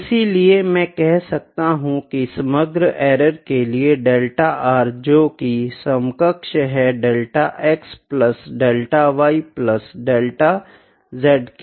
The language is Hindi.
इसलिए मैं कह सकता हूं कि समग्र एरर के लिए डेल्टा r जोकि समकक्ष है delta x plus delta y plus delta z के